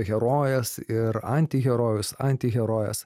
herojes ir antiherojus antiherojes